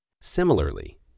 Similarly